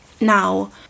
Now